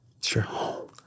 Sure